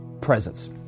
presence